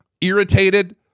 irritated